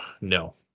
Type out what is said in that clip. no